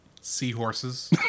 Seahorses